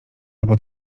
albo